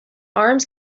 arms